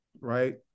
right